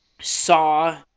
saw